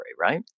Right